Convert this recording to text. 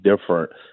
different